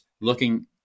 looking